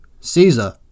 Caesar